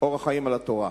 "אור החיים" על התורה.